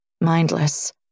mindless